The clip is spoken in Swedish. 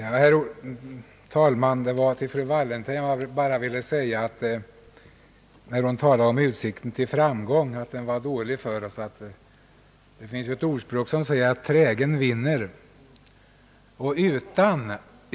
Herr talman! Fru Wallentheim ansåg att utsikten till framgång var dålig för OSS. På det vill jag svara att det finns ett ordspråk, som säger att »trägen vinner».